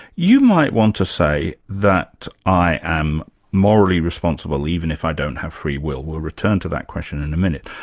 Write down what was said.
you might want to say that i am morally responsible, even if i don't have free will. we'll return to that question in a minute,